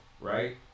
right